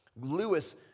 Lewis